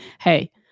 hey